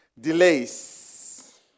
Delays